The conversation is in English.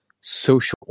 social